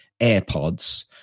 AirPods